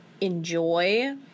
enjoy